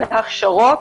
והכשרות